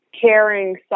caring